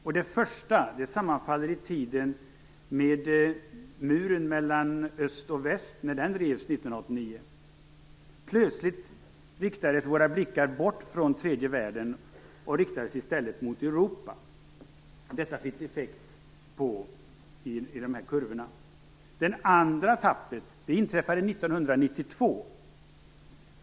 Den första stora nedgången sammanfaller i tiden med att muren mellan öst och väst revs 1989. Plötsligt riktades våra blickar bort från tredje världen och riktades i stället mot Europa. Detta fick effekt på dessa kurvor. Den andra nedgången inträffade 1992.